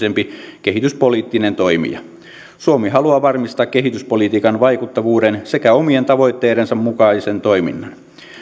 ja vastuullisempi kehityspoliittinen toimija suomi haluaa varmistaa kehityspolitiikan vaikuttavuuden sekä omien tavoitteidensa mukaisen toiminnan